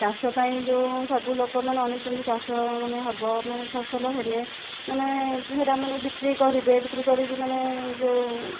ଚାଷ ପାଇଁ ଯେଉଁ ସବୁ ଲୋକମାନେ ଅନେଇଛନ୍ତି ଚାଷ ମାନେ ହବ ମାନେ ଫସଲ ହେନେ ମାନେ ହେରା ମାନେ ବିକ୍ରି କରିବେ ବିକ୍ରି କରିକି ମାନେ ଯେଉଁ